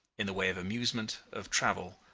in the way of amusement, of travel,